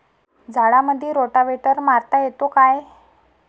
झाडामंदी रोटावेटर मारता येतो काय?